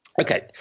Okay